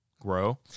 grow